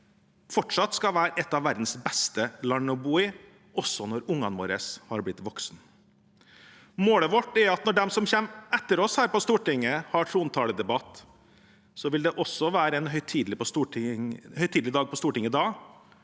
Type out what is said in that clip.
fortsatt skal være et av verdens beste land å bo i, også når ungene våre har blitt voksne. Målet vårt er at når de som kommer etter oss her på Stortinget, har trontaledebatt, vil det også være en høytidelig dag på Stortinget,